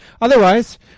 Otherwise